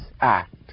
act